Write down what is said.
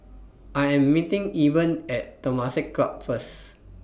I Am meeting Eben At Temasek Club First